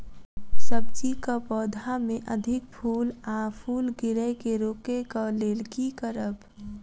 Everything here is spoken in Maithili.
सब्जी कऽ पौधा मे अधिक फूल आ फूल गिरय केँ रोकय कऽ लेल की करब?